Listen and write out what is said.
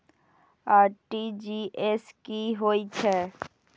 RTGS की होय छै